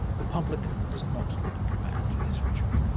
the public does not like bad literature.